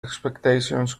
expectations